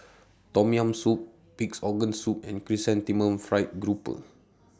Tom Yam Soup Pig'S Organ Soup and Chrysanthemum Fried Grouper